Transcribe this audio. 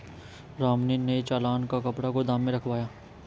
राम ने नए चालान का कपड़ा गोदाम में रखवाया